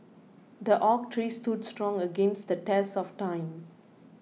the oak tree stood strong against the test of time